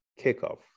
kickoff